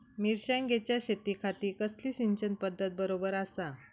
मिर्षागेंच्या शेतीखाती कसली सिंचन पध्दत बरोबर आसा?